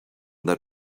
that